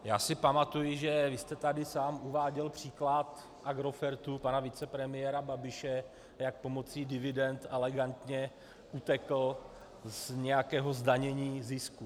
Já si pamatuji, že vy jste tady sám uváděl příklad Agrofertu pana vicepremiéra Babiše, jak pomocí dividend elegantně utekl z nějakého zdanění zisku.